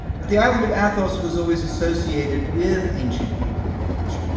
but the island of athos was always associated with ancient greek knowledge.